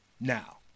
Now